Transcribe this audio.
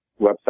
website